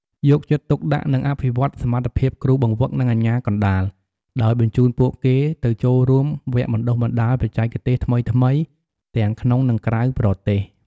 យកចិត្តទុកដាក់និងអភិវឌ្ឍសមត្ថភាពគ្រូបង្វឹក និងអាជ្ញាកណ្តាល ដោយបញ្ជូនពួកគេទៅចូលរួមវគ្គបណ្តុះបណ្តាលបច្ចេកទេសថ្មីៗទាំងក្នុង និងក្រៅប្រទេស ។